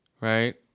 Right